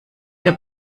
der